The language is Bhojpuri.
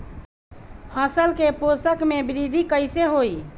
फसल के पोषक में वृद्धि कइसे होई?